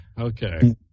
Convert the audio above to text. okay